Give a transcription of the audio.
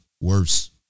worse